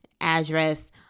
address